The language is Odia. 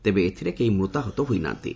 ତେବେ ଏଥିରେ କେହି ମୃତାହତ ହୋଇନାହାନ୍ତି